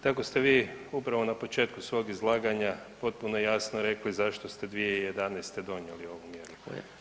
Tako ste vi upravo na početku svog izlaganja potpuno jasno rekli zašto ste 2011. donijeli ovu mjeru.